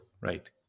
right